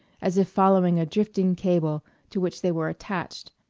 as if following a drifting cable to which they were attached.